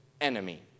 enemy